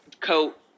coat